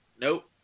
Nope